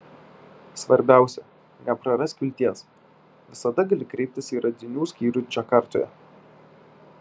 svarbiausia neprarask vilties visada gali kreiptis į radinių skyrių džakartoje